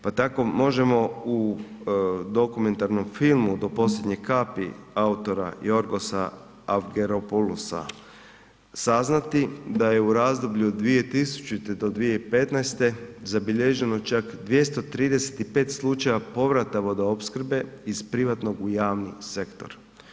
Pa tako možemo u dokumentarnom filmu Do posljednje kapi, autora Yorgosa Avgeropoulosa saznati da je u razdoblju 2000. – do 2015. zabilježeno čak 235 slučajeva povrata vodoopskrbe iz privatnog u javni sektor.